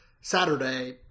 Saturday